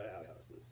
Outhouses